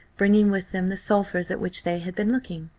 bringing with them the sulphurs at which they had been looking.